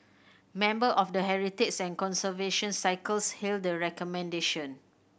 member of the heritage and conservation circles hailed the recommendation